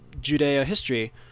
Judeo-history